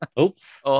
Oops